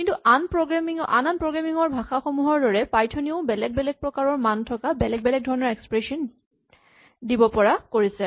কিন্তু আন আন প্ৰগ্ৰেমিং ৰ ভাষাসমূহৰ দৰে পাইথনে ও বেলেগ বেলেগ প্ৰকাৰৰ মান থকা বেলেগ বেলেগ ধৰণৰ এক্সপ্ৰেচন দিব পৰা কৰিছে